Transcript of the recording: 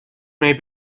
may